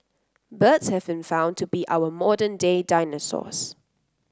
birds have been found to be our modern day dinosaurs